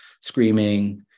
screaming